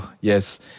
Yes